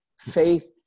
faith